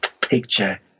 picture